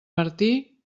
martí